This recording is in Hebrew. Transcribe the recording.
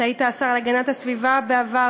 אתה היית השר להגנת הסביבה בעבר,